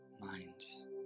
minds